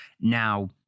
now